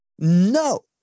No